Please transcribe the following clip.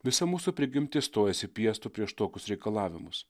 visa mūsų prigimtis stojasi piestu prieš tokius reikalavimus